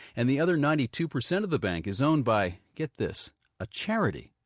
and the other ninety two percent of the bank is owned by get this a charity.